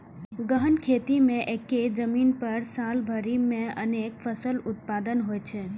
गहन खेती मे एक्के जमीन पर साल भरि मे अनेक फसल उत्पादन होइ छै